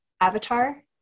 avatar